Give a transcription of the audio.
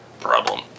problem